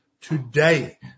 Today